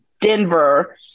Denver